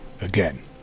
Again